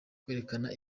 kwerekana